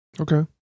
okay